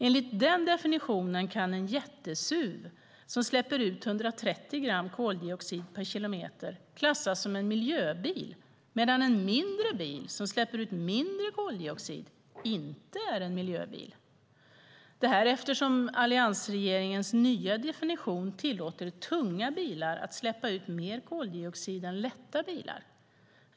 Enligt den definitionen kan en jätte-SUV som släpper ut 130 gram koldioxid per kilometer klassas som en miljöbil, medan en mindre bil som släpper ut mindre koldioxid inte är en miljöbil - detta eftersom alliansregeringens nya definition tillåter tunga bilar att släppa ut mer koldioxid än lätta bilar.